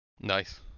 Nice